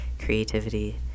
creativity